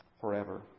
Forever